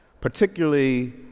particularly